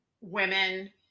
women